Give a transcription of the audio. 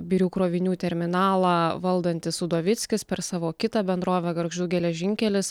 birių krovinių terminalą valdantis udovickis per savo kitą bendrovę gargždų geležinkelis